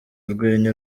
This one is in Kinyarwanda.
urwenya